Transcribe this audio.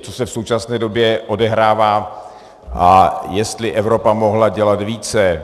co se v současné době odehrává a jestli Evropa mohla dělat více.